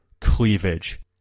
Cleavage